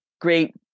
great